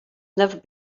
never